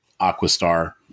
Aquastar